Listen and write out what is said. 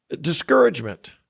discouragement